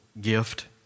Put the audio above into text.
gift